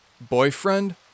boyfriend